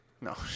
No